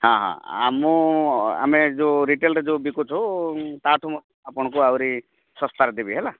ହଁ ହଁ ଆ ମୁଁ ଆମେ ଯୋଉ ରିଟେଲ୍ରେ ଯୋଉ ବିକୁଛୁ ତା ଠୁଁ ମୁଁ ଆପଣଙ୍କୁ ଆହୁରି ଶସ୍ତାରେ ଦେବି ହେଲା